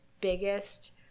biggest